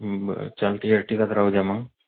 बरं चालतं आहे यर्टीगाच राहू द्या मग